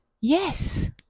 Yes